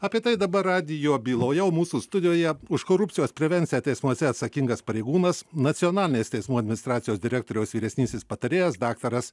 apie tai dabar radijo byloje o mūsų studijoje už korupcijos prevenciją teismuose atsakingas pareigūnas nacionalinės teismų administracijos direktoriaus vyresnysis patarėjas daktaras